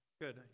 good